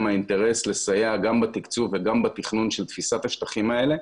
האינטרס לסייע גם בתכנון וגם בתקצוב של תפיסת השטחים האלה,